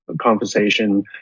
conversation